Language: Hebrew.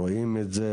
רואים את זה,